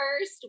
first